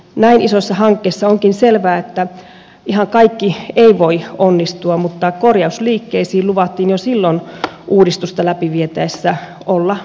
näin isossa hankkeessa onkin selvää että ihan kaikki ei voi onnistua mutta korjausliikkeisiin luvattiin jo silloin uudistusta läpi vietäessä olla valmiita